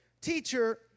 Teacher